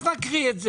אז נקריא את הסעיף.